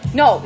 no